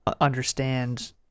understand